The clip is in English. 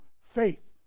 Faith